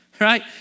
right